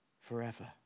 forever